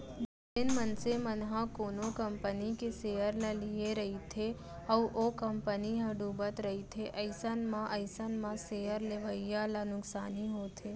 जेन मनसे मन ह कोनो कंपनी के सेयर ल लेए रहिथे अउ ओ कंपनी ह डुबत रहिथे अइसन म अइसन म सेयर लेवइया ल नुकसानी होथे